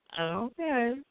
Okay